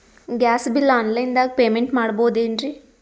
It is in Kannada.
ಗ್ಯಾಸ್ ಬಿಲ್ ಆನ್ ಲೈನ್ ದಾಗ ಪೇಮೆಂಟ ಮಾಡಬೋದೇನ್ರಿ?